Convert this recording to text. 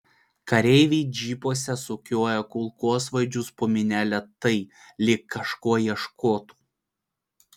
kareiviai džipuose sukioja kulkosvaidžius po minią lėtai lyg kažko ieškotų